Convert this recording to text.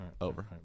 Over